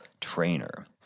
trainer